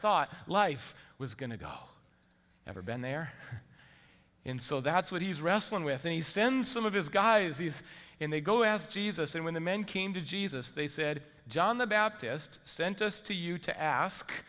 thought life was going to go never been there in so that's what he's wrestling with and he sends some of his guys these and they go as jesus and when the men came to jesus they said john the baptist sent us to you to ask